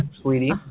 sweetie